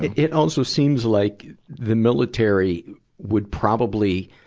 it, it also seems like the military would probably,